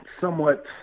somewhat